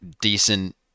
decent